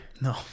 No